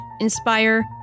inspire